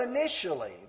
initially